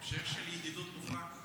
המשך של ידידות מופלאה.